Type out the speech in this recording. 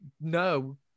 no